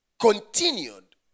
continued